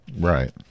Right